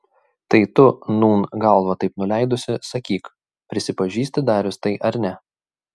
tai tu nūn galvą taip nuleidusi sakyk prisipažįsti darius tai ar ne